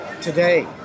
Today